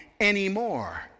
anymore